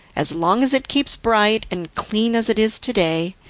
as long as it keeps bright and clean as it is to-day,